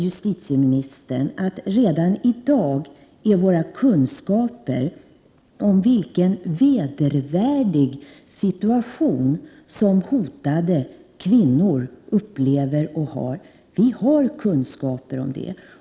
Justitieministern, jag anser att vi redan i dag har kunskap om vilken vedervärdig situation som hotade kvinnor upplever. Vi har redan kunskaper om detta!